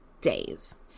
days